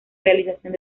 realización